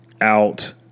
out